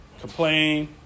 complain